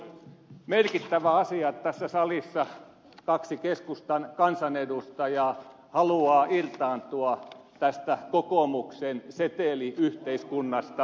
on merkittävä asia että tässä salissa kaksi keskustan kansanedustajaa haluaa irtaantua tästä kokoomuksen seteliyhteiskunnasta